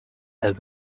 have